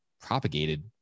propagated